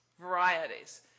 varieties